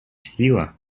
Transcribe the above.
сила